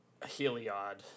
Heliod